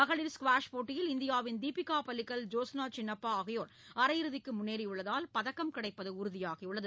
மகளிர் ஸ்குவாஷ் போட்டியில் இந்தியாவின் தீபிகா பல்லிக்கல் ஜோஸ்னா சின்னப்பா ஆகியோர் அரையிறுதிக்கு முன்னேறியுள்ளதால் பதக்கம் கிடைப்பது உறுதியாகியுள்ளது